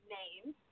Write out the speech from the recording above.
names